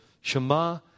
Shema